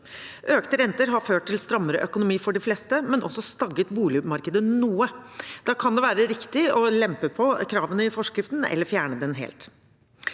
Økte renter har ført til strammere økonomi for de fleste, men også stagget boligmarkedet noe. Da kan det være riktig å lempe på kravene i forskriften eller fjerne den helt.